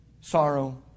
sorrow